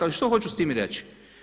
Ali što hoću s time reći?